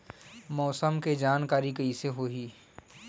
मौसम के जानकारी कइसे होही?